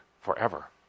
forever